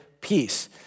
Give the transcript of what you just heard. peace